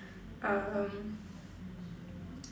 um